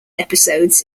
episodes